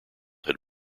had